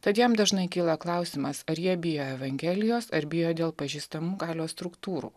tad jam dažnai kyla klausimas ar jie bijo evangelijos ar bijo dėl pažįstamų galios struktūrų